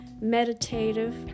meditative